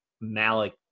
Malik